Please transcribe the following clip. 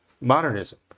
modernism